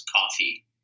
coffee